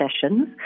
sessions